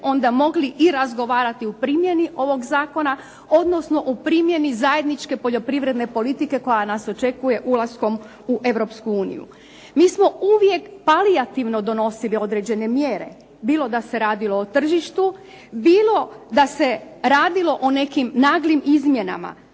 onda mogli i razgovarati o primjeni ovog zakona, odnosno o primjeni zajedničke poljoprivredne politike koja nas očekuje ulaskom u Europsku uniju. Mi smo uvijek palijativno donosili određene mjere bilo da se radilo o tržištu, bilo da se radilo o nekim naglim izmjenama.